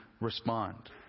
respond